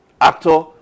actor